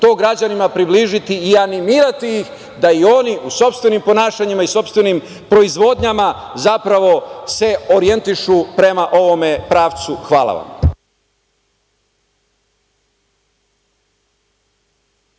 to građanima približiti i animirati ih da i oni u sopstvenim ponašanjima i sopstvenim proizvodnjama zapravo se orijentišu prema ovome pravcu. Hvala vam.